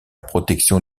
protection